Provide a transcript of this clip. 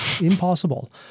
impossible